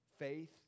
faith